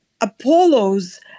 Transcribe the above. Apollo's